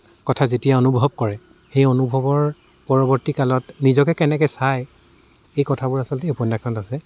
কথা যেতিয়া অনুভৱ কৰে সেই অনুভৱৰ পৰৱৰ্তীকালত নিজকে কেনেকৈ চায় এই কথাবোৰ আচলতে উপন্যাসখনত আছে